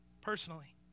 personally